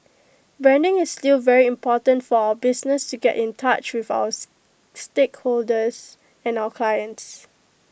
branding is still very important for our business to get in touch with our stakeholders and our clients